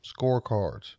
scorecards